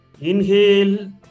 Inhale